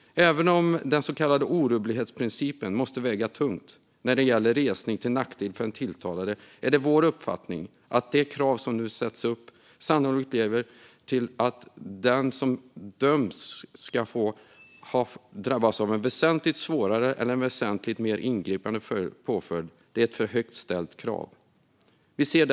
Även om den så kallade orubblighetsprincipen måste väga tungt när det gäller resning till nackdel för en tilltalad är vår uppfattning att det krav som nu ställs sannolikt skulle leda till att den som döms ska drabbas av en väsentligt svårare eller väsentligt mer ingripande påföljd är ett för högt ställt krav.